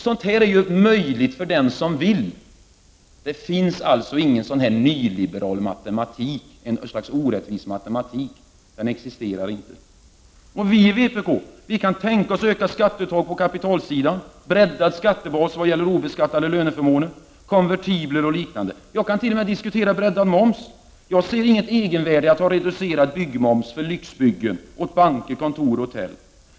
Sådant är möjligt för den som vill. Det finns alltså ingen sådan nyliberal — orättvis — matematik som man vill hävda. Vi i vpk kan tänka oss ökat skatteuttag på kapitalsidan, breddad skattebas när det gäller obeskattade löneförmåner, konvertibler och liknande. Vi kan t.o.m. diskutera breddad moms. Jag ser inget egenvärde i att ha reducerad moms, byggmoms, på lyxbyggen för banker, kontor och hotell.